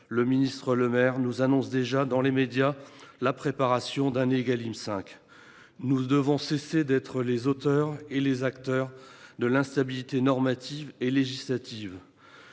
le ministre Le Maire annonce déjà dans les médias la préparation d’Égalim 5. Nous devons cesser d’être les auteurs et les acteurs d’une telle instabilité normative et législative.